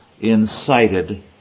incited